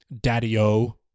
Daddy-o